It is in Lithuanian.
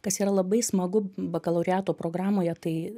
kas yra labai smagu bakalaureato programoje tai